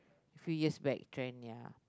a few years back trend ya